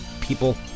people